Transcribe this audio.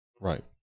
Right